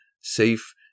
safe